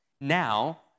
Now